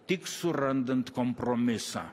tik surandant kompromisą